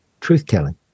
truth-telling